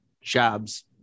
jobs